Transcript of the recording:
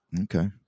Okay